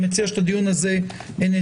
אני מציע שאת הדיון הזה אנחנו נסיים.